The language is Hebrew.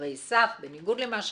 - שומרי סף, בניגוד למה שאומרים,